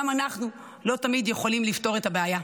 גם אנחנו לא תמיד יכולים לפתור את הבעיה.